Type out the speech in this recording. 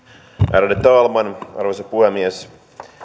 ärade talman arvoisa puhemies